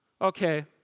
Okay